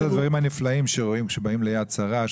אחד הדברים שרואים כשבאים ל-׳יד שרה׳,